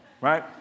right